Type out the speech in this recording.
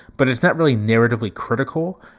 but it's not really narratively critical.